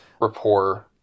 rapport